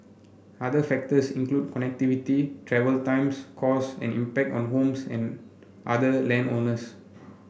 other factors include connectivity travel times costs and impact on homes and other land owners